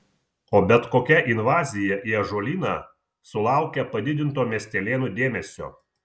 o bet kokia invazija į ąžuolyną sulaukia padidinto miestelėnų dėmesio